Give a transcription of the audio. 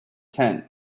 tent